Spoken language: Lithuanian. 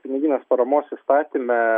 piniginės paramos įstatyme